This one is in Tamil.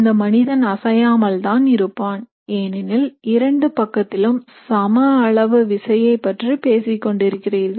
அந்த மனிதன் அசையாமல் தான் இருப்பான் ஏனெனில் இரண்டு பக்கத்திலும் சம அளவு விசையைப் பற்றி பேசிக் கொண்டிருக்கிறீர்கள்